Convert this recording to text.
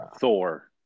Thor